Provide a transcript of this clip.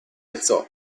alzò